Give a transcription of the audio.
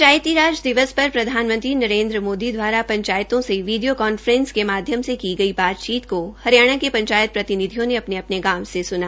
पंचायती राज दिवस पर प्रधानमंत्री नरेन्द्र मोदी द्वारा पंचायतों से वीडिया काफ्रेस के माध्यम से की गई बातचीत को हरियाणा के पंचायत प्रतिनिधियों ने अपने अपने गांव से सूना